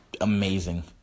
amazing